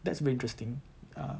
that's very interesting uh